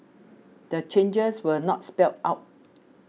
the changes were not spelled out